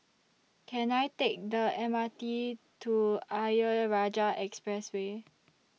Can I Take The M R T to Ayer Rajah Expressway